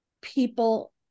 people